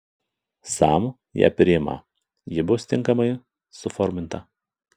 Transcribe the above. sam ją priima ji bus tinkamai suforminta